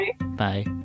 Bye